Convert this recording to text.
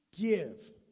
Give